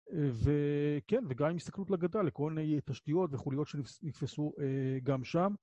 וכן, וגם עם הסתכלות לגדה לכל מיני תשתיות וחוליות שנתפסו גם שם.